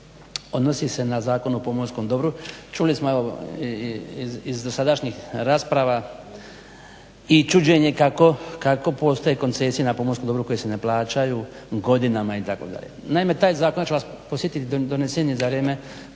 odnosi se na zakon o pomorskom dobru. Čuli smo iz dosadašnjih rasprava i čuđenje kako postoje koncesije na pomorskom dobru koje se ne plaćaju godinama itd. Naime, taj zakon ću vas podsjetiti donesen je za vrijeme